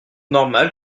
normal